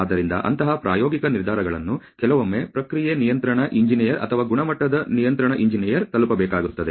ಆದ್ದರಿಂದ ಅಂತಹ ಪ್ರಾಯೋಗಿಕ ನಿರ್ಧಾರಗಳನ್ನು ಕೆಲವೊಮ್ಮೆ ಪ್ರಕ್ರಿಯೆ ನಿಯಂತ್ರಣ ಎಂಜಿನಿಯರ್ ಅಥವಾ ಗುಣಮಟ್ಟದ ನಿಯಂತ್ರಣ ಎಂಜಿನಿಯರ್ ತಲುಪಬೇಕಾಗುತ್ತದೆ